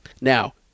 Now